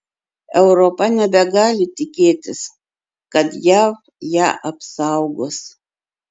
europa nebegali tikėtis kad jav ją apsaugos